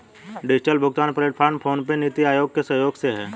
digital भुगतान platform PhonePe, NITI Aayog के सहयोग से है